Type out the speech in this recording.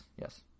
Yes